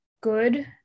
good